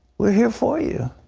we're here for you.